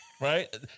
right